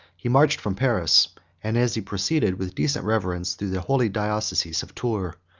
he marched from paris and as he proceeded with decent reverence through the holy diocese of tours,